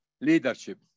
leadership